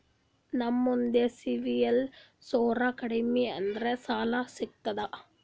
ನಮ್ದು CIBIL score ಕಡಿಮಿ ಅದರಿ ಸಾಲಾ ಸಿಗ್ತದ?